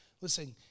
Listen